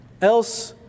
Else